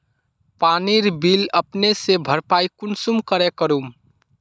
पानीर बिल अपने से भरपाई कुंसम करे करूम?